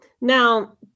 now